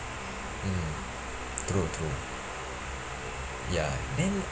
mm true true ya then